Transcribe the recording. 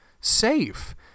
safe